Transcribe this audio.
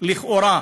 לכאורה,